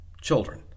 children